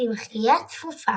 צמחיה צפופה.